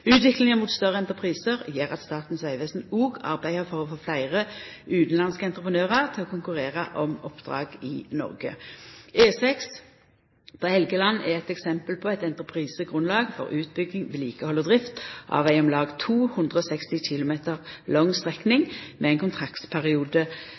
Utviklinga mot større entreprisar gjer at Statens vegvesen òg arbeider for å få fleire utanlandske entreprenørar til å konkurrera om oppdrag i Noreg. E6 på Helgeland er eit eksempel på eit entreprisegrunnlag for utbygging, vedlikehald og drift av ei om lag 260 km lang